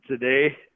today